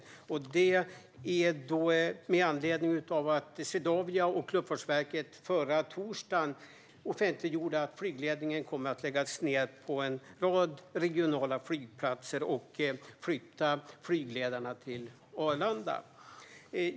Man skrev det med anledning av att Swedavia och Luftfartsverket förra torsdagen offentliggjorde att flygledningen kommer att läggas ned på en rad regionala flygplatser och flygledarna flyttas till Arlanda.